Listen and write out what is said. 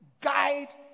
guide